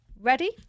Ready